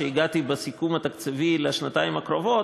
שהגעתי אליה בסיכום התקציבי לשנתיים הקרובות,